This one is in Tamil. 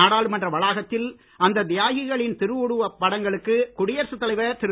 நாடாளுமன்ற வளாகத்தில் அந்த்த் தியாகிகளின் திருஉருவப் படங்களுக்கு குடியரசுத் தலைவர் திரு